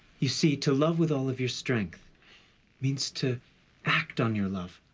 you see to love with all of your strength means to act on your love.